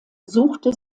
suchte